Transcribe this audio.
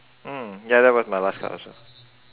mm ya that was my last card also